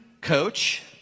coach